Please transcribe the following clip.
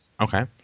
Okay